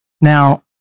Now